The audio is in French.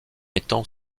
étant